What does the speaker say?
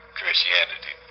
Christianity